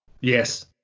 Yes